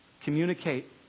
communicate